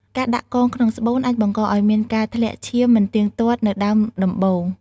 ការដាក់កងក្នុងស្បូនអាចបង្កឲ្យមានការធ្លាក់ឈាមមិនទៀងទាត់នៅដើមដំបូង។